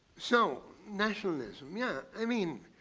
so nationalism, yeah, i mean,